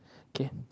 okay